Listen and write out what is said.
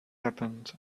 happened